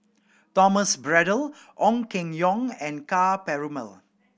Thomas Braddell Ong Keng Yong and Ka Perumal